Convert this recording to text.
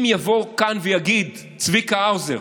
אם יבוא כאן ויגיד צביקה האוזר,